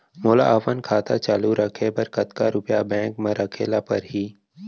मोला अपन खाता चालू रखे बर कतका रुपिया बैंक म रखे ला परही?